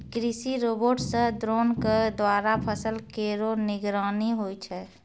कृषि रोबोट सह द्रोण क द्वारा फसल केरो निगरानी होय छै